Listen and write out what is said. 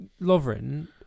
Lovren